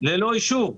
ללא אישור.